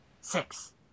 Six